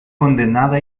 condenada